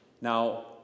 Now